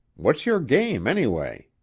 what's your game, anyway?